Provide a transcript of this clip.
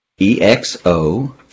E-X-O